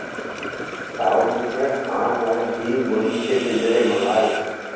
ताऊ जी ने ऑनलाइन ही मुर्गी के पिंजरे मंगाए